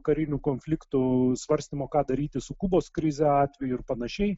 karinių konfliktų svarstymo ką daryti su kubos krize atveju ir panašiai